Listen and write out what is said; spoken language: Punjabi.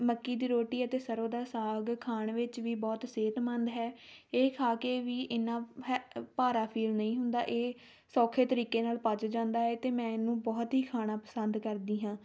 ਮੱਕੀ ਦੀ ਰੋਟੀ ਅਤੇ ਸਰ੍ਹੋਂ ਦਾ ਸਾਗ ਖਾਣ ਵਿੱਚ ਵੀ ਬਹੁਤ ਸਿਹਤਮੰਦ ਹੈ ਇਹ ਖਾ ਕੇ ਵੀ ਇੰਨਾਂ ਹੈ ਭਾਰਾ ਫੀਲ ਨਹੀਂ ਹੁੰਦਾ ਇਹ ਸੌਖੇ ਤਰੀਕੇ ਨਾਲ ਪਚ ਜਾਂਦਾ ਹੈ ਅਤੇ ਮੈਂ ਇਹਨੂੰ ਬਹੁਤ ਹੀ ਖਾਣਾ ਪਸੰਦ ਕਰਦੀ ਹਾਂ